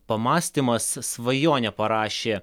pamąstymas svajonė parašė